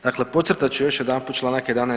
Dakle, podcrtat ću još jedanput članak 11.